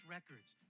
Records